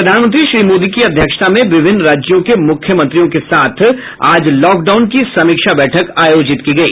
प्रधानमंत्री श्री मोदी की अध्यक्षता में विभिन्न राज्यों के मुख्यमंत्रियों के साथ आज लॉकडाउन की समीक्षा बैठक आयोजित की गई